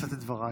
לשאת את דברייך.